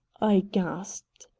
i gasped.